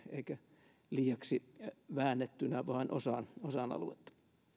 eikä liiaksi väännettynä vain osaan osaan aluetta